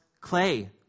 clay